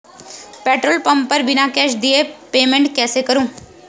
Petrol pump पर बिना cash दिए पेमेंट कैसे करूँ?